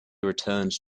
returned